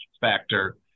factor